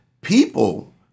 People